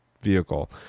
vehicle